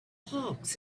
hawks